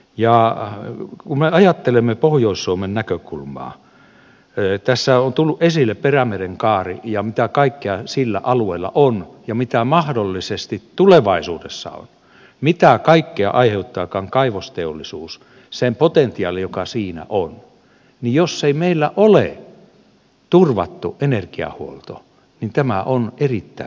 kun me ajattelemme pohjois suomen näkökulmaa tässä on tullut esille perämerenkaari ja se mitä kaikkea sillä alueella on ja mitä mahdollisesti tulevaisuudessa on mitä kaikkea aiheuttaakaan kaivosteollisuus sen potentiaali joka siinä on niin jos ei meillä ole turvattu energiahuolto niin tämä on erittäin haavoittuvainen